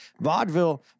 Vaudeville